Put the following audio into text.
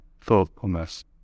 Thoughtfulness